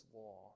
law